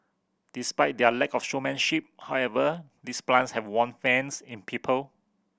despite their lack of showmanship however these plants have won fans in people